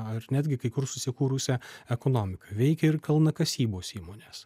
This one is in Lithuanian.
ar netgi kai kur susikūrusią ekonomika veikia ir kalnakasybos įmonės